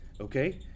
okay